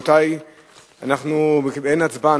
אין הצבעה.